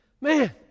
Man